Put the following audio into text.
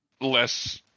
less